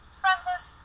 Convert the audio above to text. friendless